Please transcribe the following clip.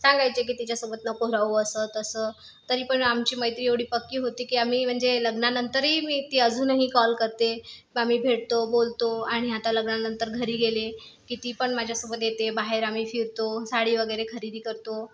सांगायचे की तिच्या सोबत नको राहू असं तसं तरी पण आमची मैत्री एवढी पक्की होती की आम्ही म्हणजे लग्नानंतरही मी ती अजूनही कॉल करते मग आम्ही भेटतो बोलतो आणि आता लग्नानंतर घरी गेले की ती पण माझ्यासोबत येते बाहेर आम्ही फिरतो साडी वगैरे खरेदी करतो